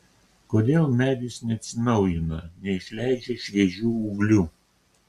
kodėl medis neatsinaujina neišleidžia šviežių ūglių